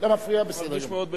אני מרגיש מאוד בנוח.